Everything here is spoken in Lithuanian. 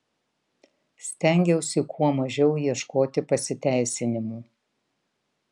stengiausi kuo mažiau ieškoti pasiteisinimų